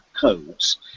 codes